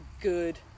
good